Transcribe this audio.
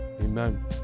Amen